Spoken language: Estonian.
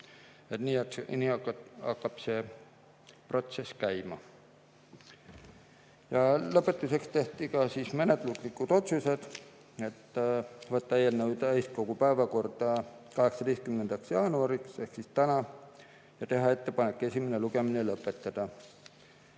Nii hakkab see protsess käima. Lõpetuseks tehti ka menetluslikud otsused: võtta eelnõu täiskogu päevakorda 18. jaanuariks ehk tänaseks ja teha ettepanek esimene lugemine lõpetada.